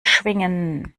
schwingen